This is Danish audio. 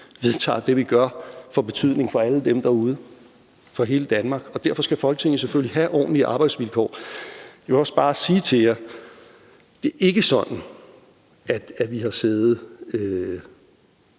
vedtager, det, vi gør, får betydning for alle dem derude, for hele Danmark. Derfor skal Folketinget selvfølgelig have ordentlige arbejdsvilkår. Jeg må også bare sige til jer, at det ikke er sådan, at vi har siddet